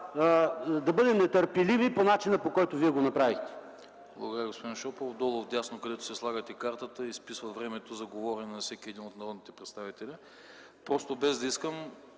да бъдем нетърпеливи по начина, по който Вие го направихте. ПРЕДСЕДАТЕЛ АНАСТАС АНАСТАСОВ: Благодаря, господин Шопов. Долу вдясно, където си слагате картата, се изписва времето за говорене на всеки един от народните представители. Просто, без да искам,